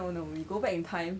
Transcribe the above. no no we go back in time